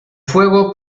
fuego